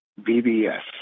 BBS